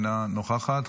אינה נוכחת,